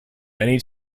many